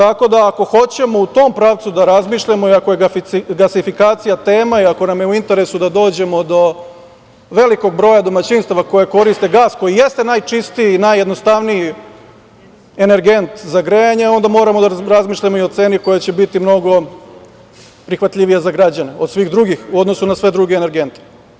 Ako hoćemo u tom pravcu da razmišljamo i ako je gasifikacija tema i ako nam je u interesu da dođemo do velikog broja domaćinstava koji koriste gas, koji jeste najčistiji i najjednostavniji energent za grejanje, onda moramo da razmišljamo i o ceni koja će biti mnogo prihvatljivija za građane u odnosu na sve druge energente.